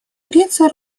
греции